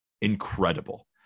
incredible